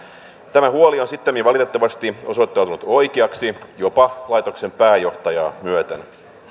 tämä huoli on sittemmin valitettavasti osoittautunut oikeaksi jopa laitoksen pääjohtajaa myöten